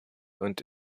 und